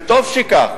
וטוב שכך.